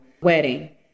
wedding